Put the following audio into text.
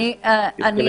מוטי,